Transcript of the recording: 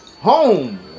Home